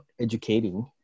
educating